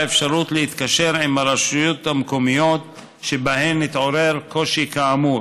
האפשרות להתקשר עם הרשויות המקומיות שבהן התעורר קושי כאמור